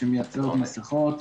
שמייצרת מסיכות.